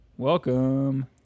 Welcome